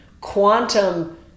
quantum